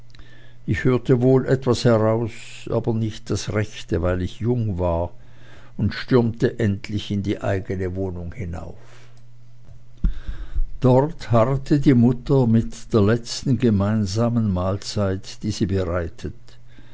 ich hörte wohl etwas heraus aber nicht das rechte weil ich jung war und stürmte endlich in unsere eigene wohnung hinauf dort harrte die mutter mit der letzten kleinen gemeinsamen mahlzeit die sie bereitet